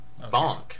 Bonk